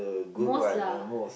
most lah